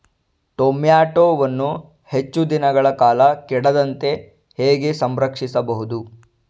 ಟೋಮ್ಯಾಟೋವನ್ನು ಹೆಚ್ಚು ದಿನಗಳ ಕಾಲ ಕೆಡದಂತೆ ಹೇಗೆ ಸಂರಕ್ಷಿಸಬಹುದು?